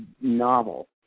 novel